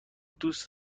دوست